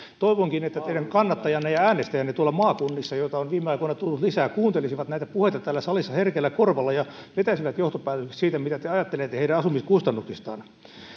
toivonkin että teidän kannattajanne ja äänestäjänne maakunnissa joita on viime aikoina tullut lisää kuuntelisivat näitä puheita täällä salissa herkällä korvalla ja vetäisivät johtopäätökset siitä mitä te ajattelette heidän asumiskustannuksistaan